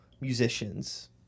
musicians